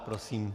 Prosím.